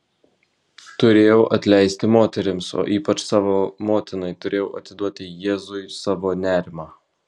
turėjau atleisti moterims o ypač savo motinai turėjau atiduoti jėzui savo nerimą